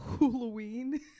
Halloween